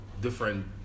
different